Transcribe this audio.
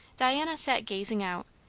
diana sat gazing out,